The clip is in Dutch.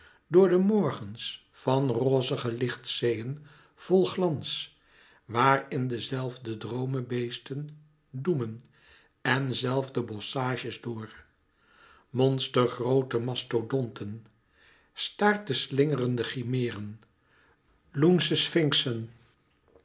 door de morgens van rozige lichtzeeën vol glans waar in de zelfde droomebeesten doemen de zelfde bosschages door monstergroote mastodonten staarteslingerende chimeren loensche